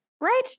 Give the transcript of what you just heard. right